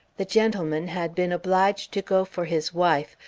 the gentleman had been obliged to go for his wife,